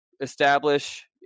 establish